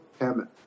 Hammett